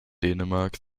dänemark